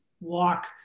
walk